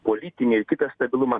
politinį nestabilumą